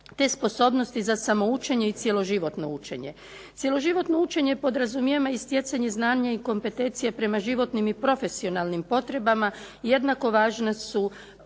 te sposobnosti za samoučenje i cjeloživotno učenje. Cijelo životno učenje podrazumijeva stjecanje znanja i kompetencije prema životnim i profesionalnim potrebama jednako važna su